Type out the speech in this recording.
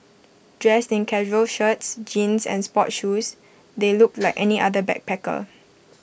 dressed in casual shirts jeans and sports shoes they looked like any other backpacker